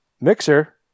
mixer